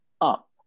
up